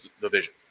division